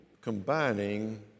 combining